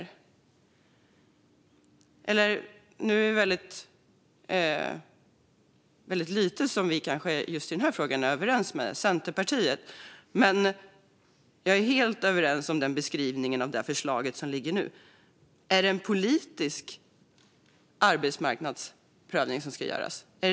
Vi socialdemokrater är överens med Centerpartiet om väldigt lite i just den här frågan, men jag instämmer helt i beskrivningen av förslaget som ligger på bordet nu. Är det en politisk arbetsmarknadsprövning som ska göras?